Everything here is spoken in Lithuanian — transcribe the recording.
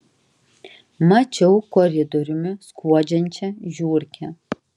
mačiau koridoriumi skuodžiančią žiurkę